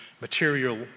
material